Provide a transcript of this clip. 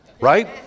Right